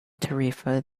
tarifa